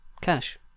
Cash